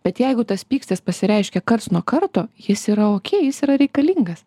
bet jeigu tas pyktis pasireiškia karts nuo karto jis yra okei jis yra reikalingas